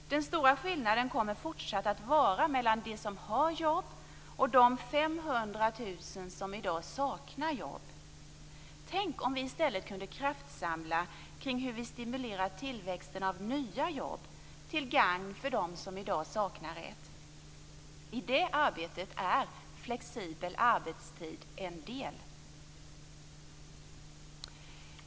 Den stora skillnaden kommer fortsatt att vara mellan dem som har jobb och de 500 000 som i dag saknar jobb. Tänk om vi i stället kunde kraftsamla kring hur vi stimulerar tillväxten av nya jobb till gagn för dem som i dag saknar ett. I det arbetet är flexibel arbetstid en del.